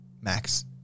Max